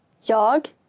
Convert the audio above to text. Jag